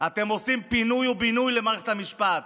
אתם עושים פינוי ובינוי למערכת המשפט,